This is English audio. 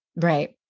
Right